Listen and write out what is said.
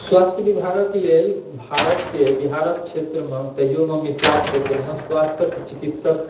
स्वास्थ्य विभागक लेल भारतके बिहारक क्षेत्रमे तहियोमे मिथिला क्षेत्रमे स्वास्थ्य चिकित्सक